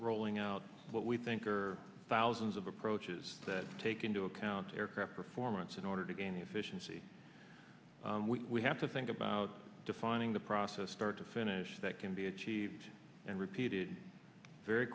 rolling out what we think are thousands of approaches that take into account aircraft performance in order to gain efficiency we have to think about defining the process start to finish that can be achieved and repeated very